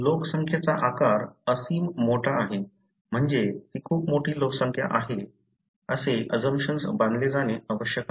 लोकसंख्येचा आकार असीम मोठा आहे म्हणजे ती खूप मोठी लोकसंख्या आहे असे अजंप्शन्स बांधले जाणे आवश्यक आहे